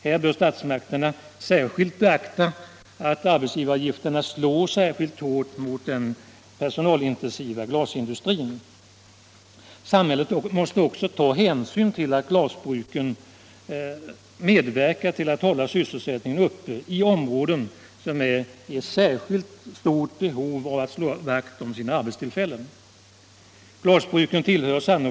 Här bör statsmakterna beakta att arbetsgivaravgifterna slår särskilt hårt mot den personalintensiva glasindustrin. Samhället måste också ta hänsyn till att glasbruken medverkar till att hålla sysselsättningen uppe i områden som är i särskilt behov av att slå vakt om sina arbetstillfällen.